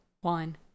one